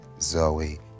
Zoe